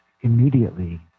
immediately